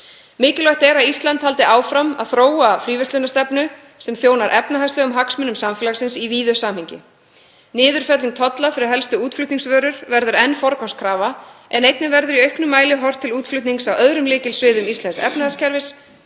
Mikilvægt er að Ísland haldi áfram að þróa fríverslunarstefnu sem þjónar efnahagslegum hagsmunum samfélagsins í víðu samhengi. Niðurfelling tolla fyrir helstu útflutningsvörur verður enn forgangskrafa en einnig verður í auknum mæli horft til útflutnings á öðrum lykilsviðum íslensks efnahagskerfis,